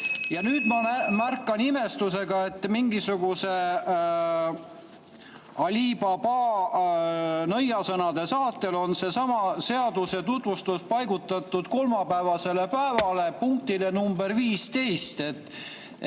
Ja nüüd ma märkan imestusega, et mingisuguse Ali Baba nõiasõnade saatel on sellesama seaduseelnõu tutvustus paigutatud kolmapäevasele päevale punktina nr 15.